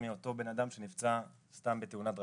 מאותו בן אדם שנפצע סתם בתאונת דרכים,